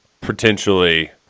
potentially